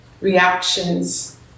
reactions